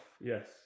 Yes